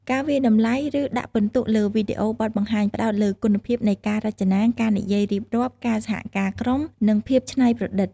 ការវាយតម្លៃ ឬដាក់ពិន្ទុលើវីដេអូបទបង្ហាញ ផ្តោតលើគុណភាពនៃការរចនា ការនិយាយរៀបរាប់ ការសហការក្រុម និងភាពច្នៃប្រឌិត។